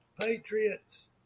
Patriots